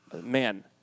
man